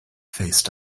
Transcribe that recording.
faced